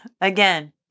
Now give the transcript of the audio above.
Again